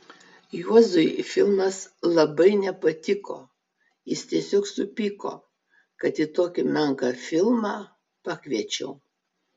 juozui filmas labai nepatiko jis tiesiog supyko kad į tokį menką filmą pakviečiau